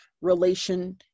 relation